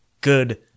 good